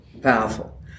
powerful